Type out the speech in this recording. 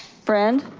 friend?